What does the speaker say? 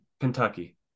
Kentucky